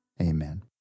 Amen